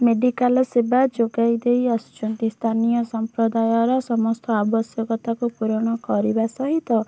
medical ସେବା ଯୋଗାଇ ଦେଇ ଆସୁଛନ୍ତି ସ୍ଥାନୀୟ ସମ୍ପ୍ରଦାୟର ସମସ୍ତ ଆବଶ୍ୟକତାକୁ ପୂରଣ କରିବା ସହିତ